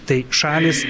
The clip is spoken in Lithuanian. tai šalys